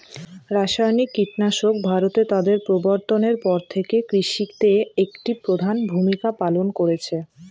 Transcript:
রাসায়নিক কীটনাশক ভারতে তাদের প্রবর্তনের পর থেকে কৃষিতে একটি প্রধান ভূমিকা পালন করেছে